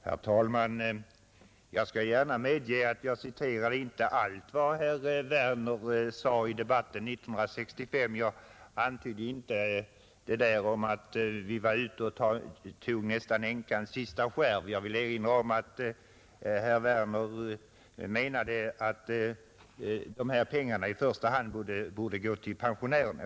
Herr talman! Jag skall gärna medge att jag inte citerade allt vad herr Werner i Malmö sade i debatten 1965. Jag antydde t.ex. inte detta om att vi nästan var ute och tog änkans sista skärv; jag vill erinra om att herr Werner i Malmö menade att dessa pengar i första hand borde gå till pensionärerna.